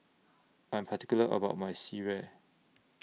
I Am particular about My Sireh